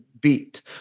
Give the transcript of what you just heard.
beat